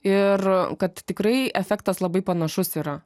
ir kad tikrai efektas labai panašus yra